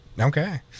Okay